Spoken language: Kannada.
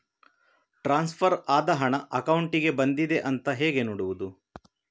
ಟ್ರಾನ್ಸ್ಫರ್ ಆದ ಹಣ ಅಕೌಂಟಿಗೆ ಬಂದಿದೆ ಅಂತ ಹೇಗೆ ನೋಡುವುದು?